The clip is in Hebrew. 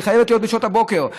היא חייבת להיות בשעות הבוקר.